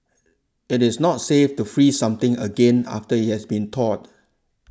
it is not safe to freeze something again after it has been thawed